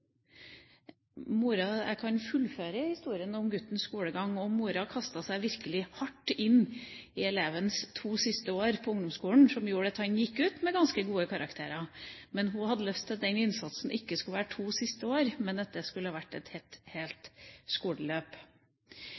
Jeg kan fullføre historien om guttens skolegang: Mora kastet seg virkelig hardt inn i elevens to siste år på ungdomsskolen, som gjorde at han gikk ut med ganske gode karakterer. Men hun hadde hatt lyst til at den innsatsen ikke skulle vært i de to siste årene, men i et helt skoleløp. Jeg syns det